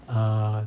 ah